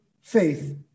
faith